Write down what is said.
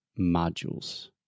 modules